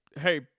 Hey